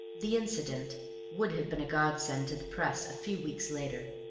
the incident would have been a godsend to the press a few weeks later.